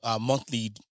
Monthly